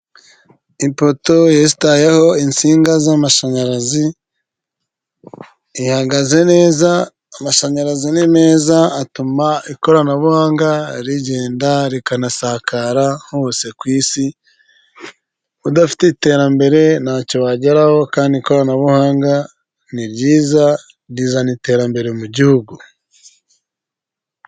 Ipoto yesitayeho insinga z'amashanyarazi, ihagaze neza, amashanyarazi ni meza atuma ikoranabuhanga rigenda rikanasakara hose ku Isi, udafite iterambere ntacyo wageraho kandi ikoranabuhanga ni ryiza rizana iterambere mu gihugu.